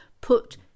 put